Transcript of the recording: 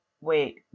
wait